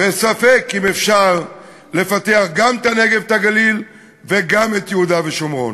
וספק אם אפשר לפתח גם את הנגב ואת הגליל וגם את יהודה ושומרון.